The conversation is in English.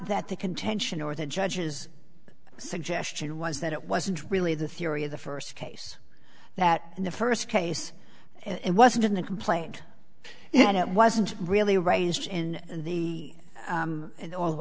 that the contention or the judge's suggestion was that it wasn't really the theory of the first case that in the first case it wasn't in the complaint and it wasn't really raised in the